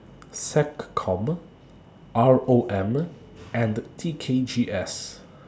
Seccom R O M and T K G S